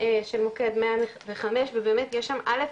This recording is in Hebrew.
של מוקד 105 ובאמת יש שם א.